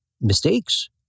mistakes